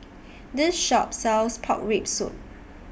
This Shop sells Pork Rib Soup